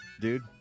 Dude